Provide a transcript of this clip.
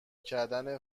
کردن